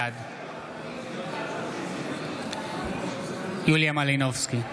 בעד יוליה מלינובסקי,